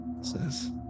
Says